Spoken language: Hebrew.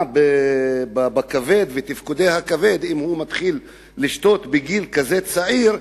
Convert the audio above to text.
אם בחור מתחיל לשתות בגיל צעיר,